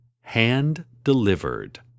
hand-delivered